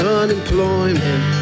unemployment